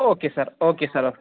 okay sir okay sir